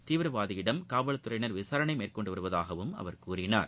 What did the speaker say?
தீவிரவாதியிடம் காவல்துறையினர் விசாரணை மேற்கொண்டு வருவதாகவும் அவர் கூறினார்